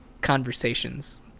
conversations